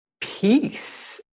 peace